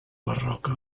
barroca